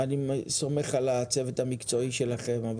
אני סומך על הצוות המקצועי שלכם,